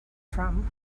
from